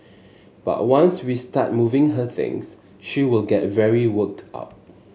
but once we start moving her things she will get very worked up